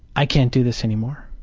i can't do this anymore.